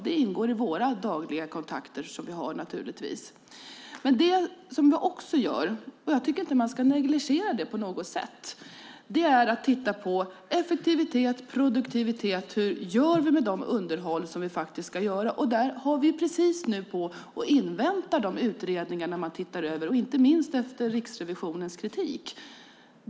Det ingår naturligtvis i våra dagliga kontakter. Det som jag också gör - jag tycker inte att man ska negligera det - är att titta på effektivitet och produktivitet: Hur gör vi med det underhåll som ska göras? Där inväntar vi just nu de utredningar som tittar över det här, inte minst efter Riksrevisionens kritik.